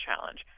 challenge